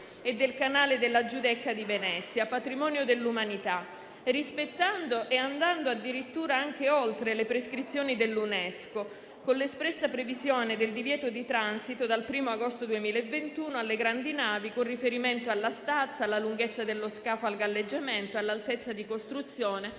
e del canale della Giudecca di Venezia, patrimonio dell'umanità, rispettando e andando addirittura anche oltre le prescrizioni dell'UNESCO, con l'espressa previsione del divieto di transito dal 1° agosto 2021 alle grandi navi, con riferimento alla stazza, alla lunghezza dello scafo al galleggiamento, all'altezza di costruzione